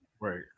Right